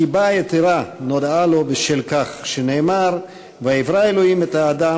אנחנו פותחים כעת דיון מיוחד לציון יום זכויות האדם